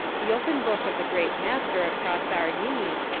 the open book of the great master across our knee,